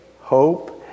hope